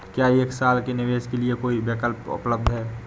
क्या एक साल के निवेश के लिए कोई विकल्प उपलब्ध है?